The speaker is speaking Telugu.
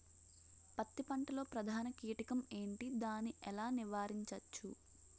పత్తి లో ప్రధాన కీటకం ఎంటి? దాని ఎలా నీవారించచ్చు?